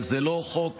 זה לא חוק,